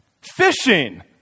fishing